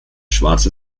schwarzen